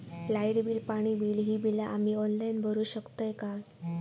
Light bill, पाणी bill, ही बिला आम्ही ऑनलाइन भरू शकतय का?